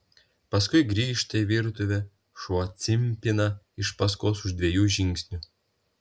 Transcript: paskui grįžta į virtuvę šuo cimpina iš paskos už dviejų žingsnių